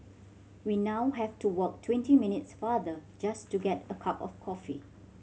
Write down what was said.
we now have to walk twenty minutes farther just to get a cup of coffee